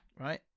right